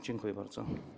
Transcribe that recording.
Dziękuję bardzo.